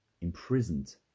imprisoned